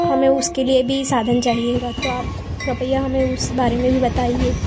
हमें उसके लिए साधन चाहिएगा तो आप कृपया हमें उस बारे में भी बताइए